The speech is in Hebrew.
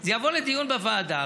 זה יבוא לדיון בוועדה.